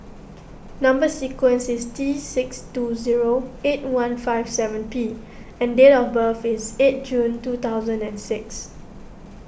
Number Sequence is T six two zero eight one five seven P and date of birth is eight June two thousand and six